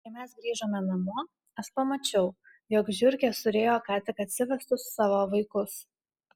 kai mes grįžome namo aš pamačiau jog žiurkė surijo ką tik atsivestus savo vaikus